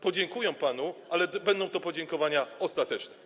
Podziękują panu, ale będą to podziękowania ostateczne.